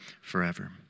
forever